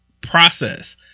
process